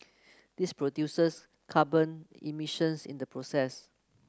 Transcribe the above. this produces carbon emissions in the process